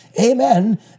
amen